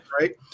Right